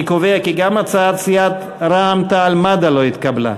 אני קובע כי גם הצעת סיעת רע"ם-תע"ל-מד"ע לא התקבלה.